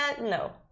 No